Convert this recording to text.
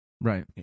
right